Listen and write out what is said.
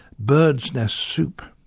birds' nest soup.